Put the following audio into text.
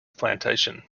plantation